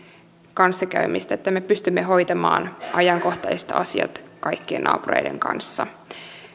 kanssakäymistä että me pystymme hoitamaan ajankohtaiset asiat kaikkien naapureiden kanssa